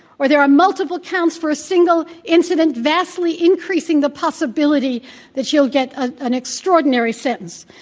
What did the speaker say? where there are multiple counts for a single incident, vastly increasing the possibility that you'll get ah an extraordinary sentence.